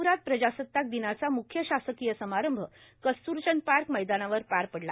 नागप्रात प्रजासताक दिनाचा मुख्य शासकीयसमारंभ कस्त्रचंद पार्क मैदानावर पार पडला